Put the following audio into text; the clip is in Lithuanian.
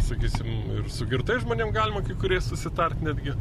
sakysim ir su girtais žmonėm galima kai kuriais susitart netgi